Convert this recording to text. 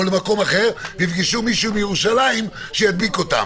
למקום אחר ויפגשו מישהו מירושלים שידביק אותם.